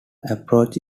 approach